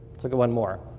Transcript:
look at one more.